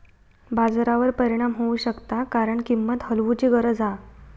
बाजारावर परिणाम होऊ शकता कारण किंमत हलवूची गरज हा